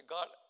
God